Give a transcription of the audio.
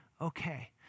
okay